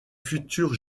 futurs